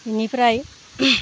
बेनिफ्राय